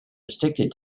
restricted